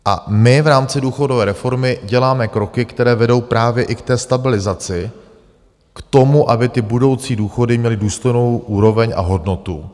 A my v rámci důchodové reformy děláme kroky, které vedou právě i ke stabilizaci, k tomu, aby budoucí důchody měly důstojnou úroveň a hodnotu.